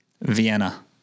Vienna